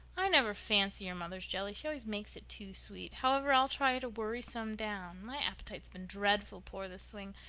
i never fancy your mother's jelly she always makes it too sweet. however, i'll try to worry some down. my appetite's been dreadful poor this spring.